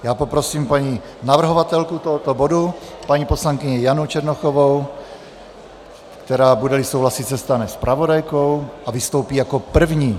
Já poprosím paní navrhovatelku tohoto bodu, paní poslankyni Janu Černochovou, která, budeli souhlasit, se stane zpravodajkou a vystoupí jako první.